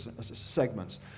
segments